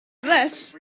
this